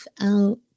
Out